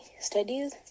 studies